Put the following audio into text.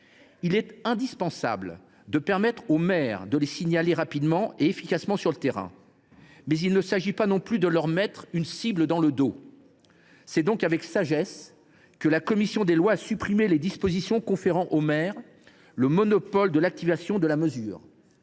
Il est indispensable de permettre aux maires de les signaler rapidement et efficacement sur le terrain. Pour autant, il ne s’agit pas non plus de mettre une cible sur le dos de ces derniers ! C’est donc avec sagesse que la commission des lois a supprimé les dispositions conférant aux maires le monopole de l’activation de la mesure.